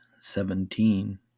seventeen